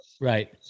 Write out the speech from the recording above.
right